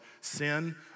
sin